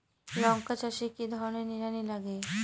লঙ্কা চাষে কি ধরনের নিড়ানি লাগে?